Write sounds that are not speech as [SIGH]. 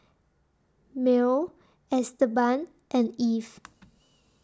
Merl Esteban and Eve [NOISE]